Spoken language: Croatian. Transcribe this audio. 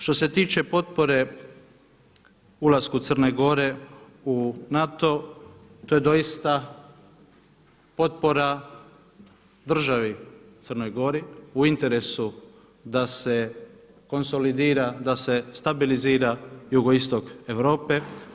Što se tiče potpore ulasku Crne Gore u NATO to je doista potpora državi Crnoj Gori u interesu da se konsolidira, da se stabilizira jugoistok Europe.